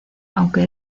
aunque